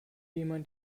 jemand